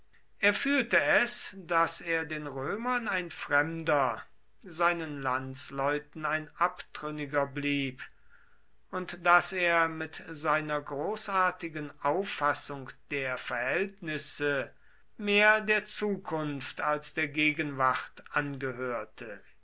er fühlte es daß er den römern ein fremder seinen landsleuten ein abtrünniger blieb und daß er mit seiner großartigen auffassung der verhältnisse mehr der zukunft als der gegenwart angehörte